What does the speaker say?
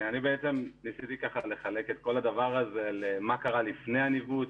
אני בעצם ניסיתי לחלק את כל הדבר הזה למה שקרה לפני הניווט,